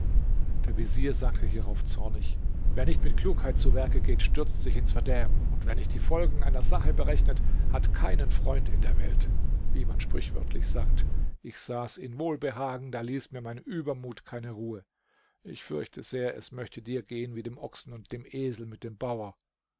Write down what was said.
der vezier sagte hierauf zornig wer nicht mit klugheit zu werke geht stürzt sich ins verderben und wer nicht die folgen einer sache berechnet hat keinen freund in der welt wie man sprichwörtlich sagt ich saß in wohlbehagen da ließ mir mein übermut keine ruhe ich fürchte sehr es möchte dir gehen wie dem ochsen und dem esel mit dem bauer